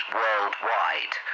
worldwide